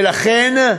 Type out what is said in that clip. ולכן,